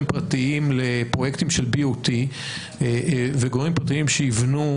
פרטיים לפרויקטים של BOT וגורמים פרטיים שיבנו